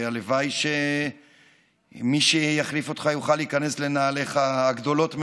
הלוואי שמי שיחליף אותך יוכל להיכנס לנעליך הגדולות מאוד.